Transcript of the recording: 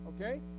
Okay